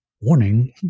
warning